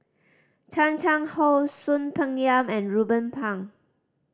Chan Chang How Soon Peng Yam and Ruben Pang